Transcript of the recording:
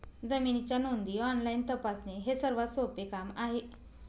जमिनीच्या नोंदी ऑनलाईन तपासणे हे सर्वात सोपे काम आहे